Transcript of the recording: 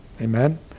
amen